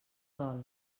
dol